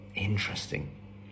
Interesting